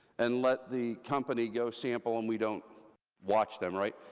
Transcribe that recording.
and let the company go sample, and we don't watch them, right?